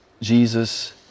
Jesus